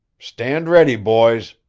stand ready, boys.